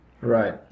Right